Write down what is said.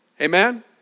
amen